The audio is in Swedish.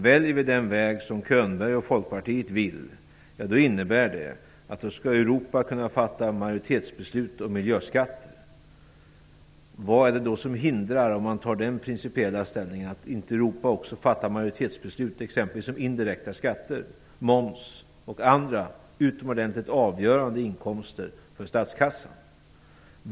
Väljer vi den väg som Bo Könberg och Folkpartiet vill innebär det att Europa skulle kunna fatta majoritetsbeslut om miljöskatter. Vad är det då som hindrar, om man tar den principiella ställningen, att inte Europa också fattar majoritetsbeslut exempelvis om indirekta skatter, moms och andra utomordentligt avgörande inkomster för statskassan?